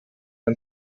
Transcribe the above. ein